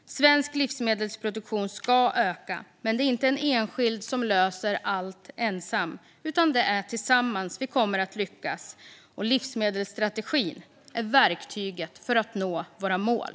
Svensk livsmedelsproduktion ska öka, men det är inte en enskild som löser allt ensam. Det är tillsammans vi kommer att lyckas, och livsmedelsstrategin är verktyget för att nå våra mål.